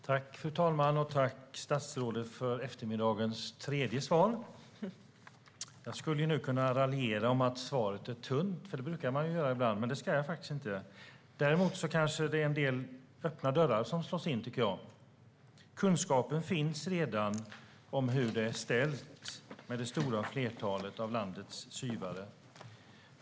Fru talman! Tack, statsrådet, för eftermiddagens tredje svar! Jag skulle nu kunna raljera om att svaret är tunt, för det brukar man göra ibland, men det ska jag faktiskt inte. Däremot tycker jag kanske att det är en del öppna dörrar som slås in. Kunskapen finns redan om hur det är ställt med det stora flertalet av landets SYV:are.